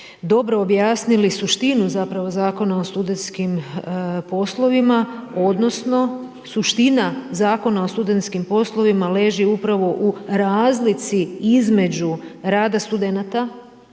dobro objasnili suštinu zapravo Zakona o studentskim poslovima, odnosno suština Zakona o studentskim poslovima leži upravo u razlici između rada studenata